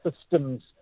system's